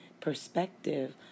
perspective